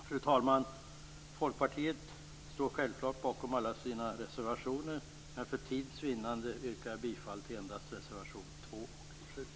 Fru talman! Folkpartiet står självklart bakom alla sina reservationer, men för tids vinnande yrkar jag bifall endast till reservationerna 2 och 7.